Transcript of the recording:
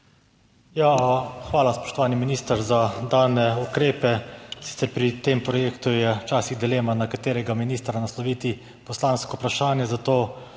Hvala, spoštovani minister, za dane ukrepe. Sicer je pri tem projektu včasih dilema, na katerega ministra nasloviti poslansko vprašanje, zato